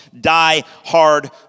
die-hard